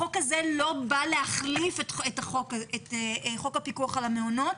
החוק הזה לא בא להחליף את חוק הפיקוח על המעונות.